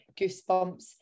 goosebumps